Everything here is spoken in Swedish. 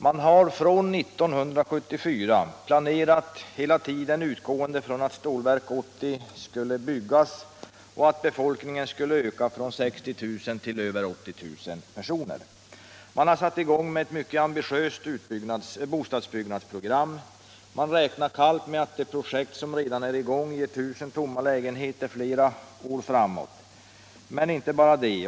Man har hela tiden från 1974 planerat utgående från att Stålverk 80 skulle byggas och att befolkningen skulle öka från 60 000 till över 80 000 personer. Man har satsat på ett mycket ambitiöst bostadsbyggnadsprogram, och man räknar kallt med att de projekt som redan är i gång ger 1 000 tomma lägenheter flera år framåt. Men inte bara det.